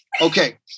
Okay